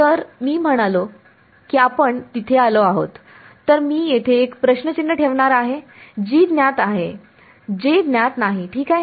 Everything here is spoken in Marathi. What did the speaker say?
तर मी म्हणालो की आपण तिथे आलो आहोत तर मी येथे एक प्रश्न चिन्ह ठेवणार आहे G ज्ञात आहे J ज्ञात नाही ठीक आहे